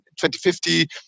2050